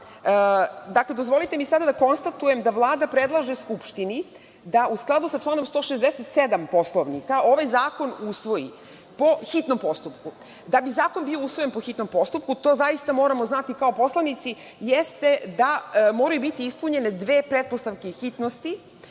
dozvolite mi samo da konstatujem da Vlada predlaže Skupštini da u skladu sa članom 167. Poslovnika, ovaj zakon usvoji po hitnom postupku. Da bi zakon bio usvojen po hitnom postupku, to zaista moramo znati kao poslanici, jeste da moraju biti ispunjene dve pretpostavke hitnosti,